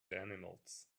animals